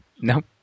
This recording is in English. Nope